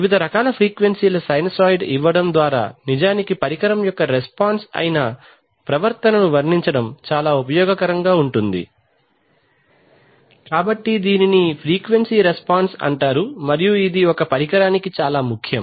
వివిధ ఫ్రీక్వెన్సీల సైనూసోయిడ్ ఇవ్వడం ద్వారా నిజానికి పరికరం యొక్క రెస్పాన్స్ అయిన ప్రవర్తనను వర్ణించడం చాలా ఉపయోగకరంగా ఉంటుంది కాబట్టి దీనిని ఫ్రీక్వెన్సీ రెస్పాన్స్ అంటారు మరియు ఇది ఒక పరికరానికి చాలా ముఖ్యం